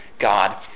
God